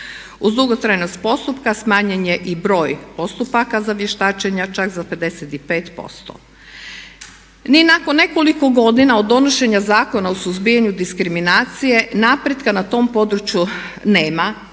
Uz dugotrajnost postupka smanjen je i broj postupaka za vještačenja, čak za 55%. Ni nakon nekoliko godina od donošenja Zakona o suzbijanju diskriminacije napretka na tom području nema,